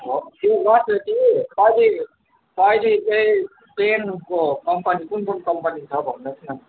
हो त्यो नत्र कि अघि पहिले चाहिँ पेनको कम्पनी कुन कुन कम्पनी छ भन्नुहोस् न